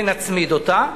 ונצמיד אותה,